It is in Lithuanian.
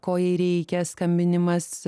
ko jai reikia skambinimas